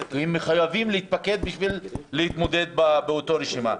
והם מחויבים להתפקד בשביל להתמודד באותה רשימה.